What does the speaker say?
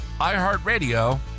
iHeartRadio